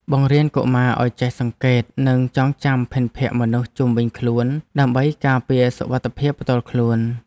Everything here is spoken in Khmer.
បង្រៀនកុមារឱ្យចេះសង្កេតនិងចងចាំភិនភាគមនុស្សជុំវិញខ្លួនដើម្បីការពារសុវត្ថិភាពផ្ទាល់ខ្លួន។